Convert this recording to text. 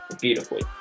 beautifully